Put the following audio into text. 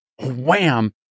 wham